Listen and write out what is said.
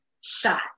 Shot